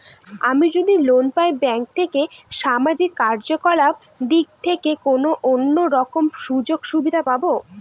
আমি যদি লোন পাই ব্যাংক থেকে সামাজিক কার্যকলাপ দিক থেকে কোনো অন্য রকম সুযোগ সুবিধা পাবো?